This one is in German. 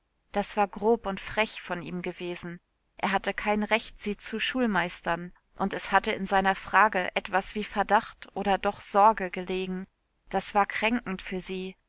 das war grob und frech von ihm gewesen er hatte kein recht sie zu schulmeistern und es hatte in seiner frage etwas wie verdacht oder doch sorge gelegen das war kränkend für sie